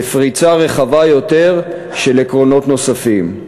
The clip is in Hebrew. לפריצה רחבה יותר של עקרונות נוספים,